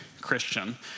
Christian